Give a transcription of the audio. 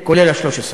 כולל, כולל ה-13.